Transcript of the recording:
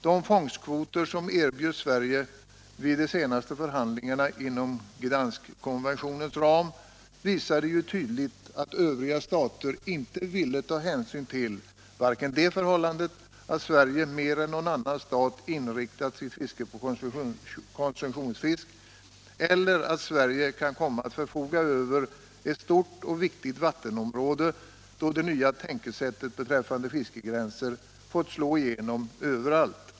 De fångstkvoter som erbjöds Sverige vid de senaste förhandlingarna inom Gdansk-konventionens ram visade ju tydligt att övriga stater inte ville ta hänsyn till vare sig det förhållandet att Sverige mer än någon annan stat inriktat sitt fiske på konsumtionsfisk eller att Sverige kan komma att förfoga över ett stort och viktigt vattenområde, då det nya tänkesättet beträffande fiskegränser fått slå igenom överallt.